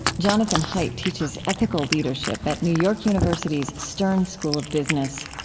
jonathan haidt teaches ethical leadership at new york university's stern school of business.